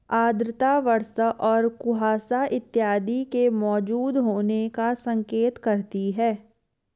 आर्द्रता वर्षा और कुहासा इत्यादि के मौजूद होने का संकेत करती है